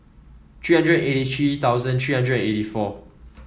three hundred eighty three thousand three hundred eighty four